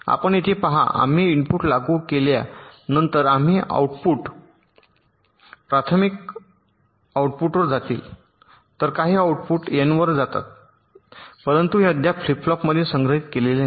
आपण येथे पहा आम्ही इनपुट लागू केल्यानंतर काही आउटपुट प्राथमिक आउटपुटवर जातील तर काही आउटपुट एन 1 वर जात आहेत परंतु हे अद्याप फ्लिप फ्लॉपमध्ये संग्रहित केलेले नाही